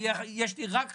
יש לי רק חשדות.